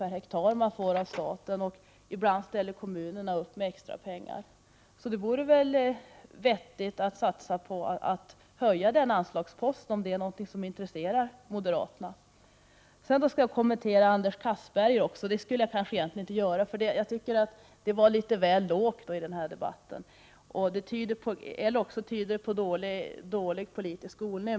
per hektar som man får av staten, och ibland ställer kommunerna upp med extra pengar. Det vore väl vettigt att satsa på att höja den anslagsposten, om det är något som intresserar moderaterna? Jag skall också kommentera Anders Castbergers inlägg. Det skulle jag kanske egentligen inte göra. Jag tycker att hans inlägg var litet väl lågt i denna debatt, och det kan tyda på dålig politisk skolning.